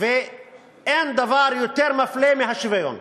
ואין דבר יותר מפלה מהשוויון.